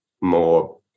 more